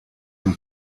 them